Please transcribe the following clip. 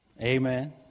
amen